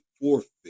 forfeit